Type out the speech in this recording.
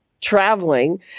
traveling